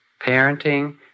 Parenting